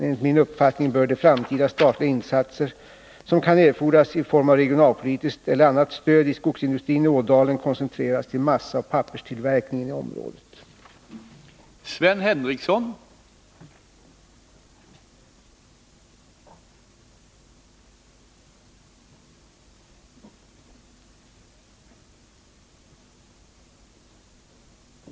Enligt min uppfattning bör de framtida statliga Nr 49 insatser som kan erfordras i form av regionalpolitiskt eller annat stöd i Måndagen den skogsindustrin i Ådalen koncentreras till massaoch papperstillverkningen i 15 december 1980